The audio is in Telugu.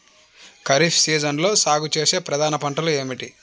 ఖరీఫ్ సీజన్లో సాగుచేసే ప్రధాన పంటలు ఏమిటీ?